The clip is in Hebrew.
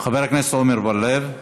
חבר הכנסת עמר בר-לב,